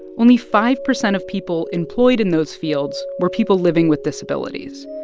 only five percent of people employed in those fields were people living with disabilities.